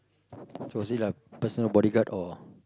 so was he like a personal bodyguard or